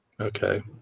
Okay